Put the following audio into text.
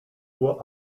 uhr